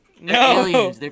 No